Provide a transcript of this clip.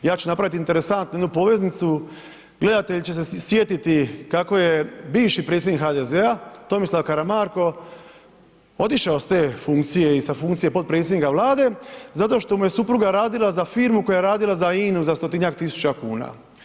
Ja ću napraviti interesantnu jednu poveznicu, gledatelji će se sjetiti kako je bivši predsjednik HDZ-a, Tomislav Karamarko otišao s te funkcije i sa funkcije potpredsjednika Vlade, zato što mu je supruga radila za firmu koja je radila za INA-u za stotinjak tisuća kuna.